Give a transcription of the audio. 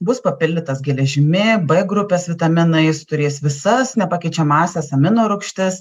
bus papildytas geležimi b grupės vitaminais turės visas nepakeičiamąsias amino rūgštis